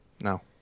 No